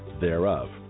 thereof